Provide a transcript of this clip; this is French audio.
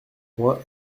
moi